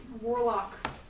warlock